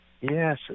Yes